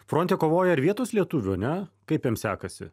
fronte kovoja ir vietos lietuvių ne kaip jiems sekasi